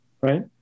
Right